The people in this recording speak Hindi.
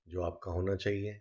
जो आपका होना चाहिए